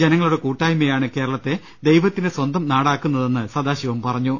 ജനങ്ങ ളുടെ കൂട്ടായ്മയാണ് കേരളത്തെ ദൈവത്തിന്റെ സ്വന്തം നാടാക്കുന്നതെന്ന് സദാ ശിവം പറഞ്ഞു